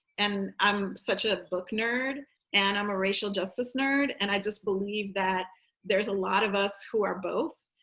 and i'm such a book nerd and i'm a racial justice nerd. and i just believe that there's a lot of us who are both,